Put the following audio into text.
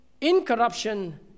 Incorruption